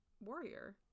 warrior